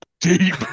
deep